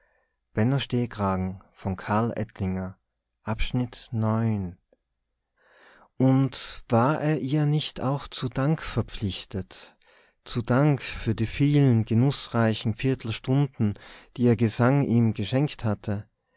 und war er ihr nicht auch zu dank verpflichtet zu dank für die vielen genußreichen viertelstunden die ihr gesang ihm geschenkt hatte